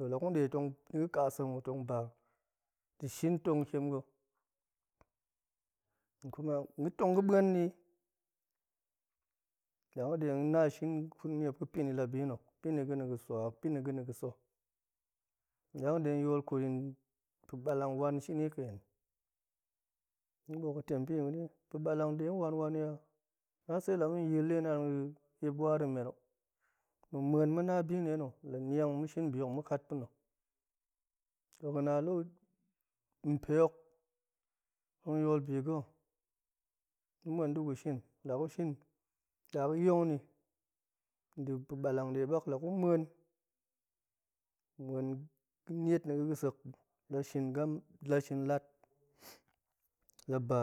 La gu de tong ba deshin tong tiem ga̱i kuma ga̱ tong ga̱ bueni la ga̱de ga̱na shin kut ga̱ni ma̱p ga̱ pa̱ni la bi na̱, pa̱ ni bi na̱ swa pa̱ni ga̱na̱ ga̱ sa̱ la ga̱ muan de ga̱yol tong kwal yin pa̱balang wan shini ḵa̱n tong ga̱ buet ga̱ tem pa̱ ni ga̱fe pa̱ ɓa̱lang detong wanwani a, na sela ma̱ yil de naan ga̱ epwari menok ma̱ muan ma̱ na bi deno la niang la ma̱ shin bi hok tong ma̱ kat pa̱no to ga̱na pahok tong yol bi ga̱ gu muan degu shin la gu shin da ga̱ yong ni, de pa̱balang de bak la gu muan, muan ga̱ niet ni ga̱ga̱sek la shin gam la shin lat la ba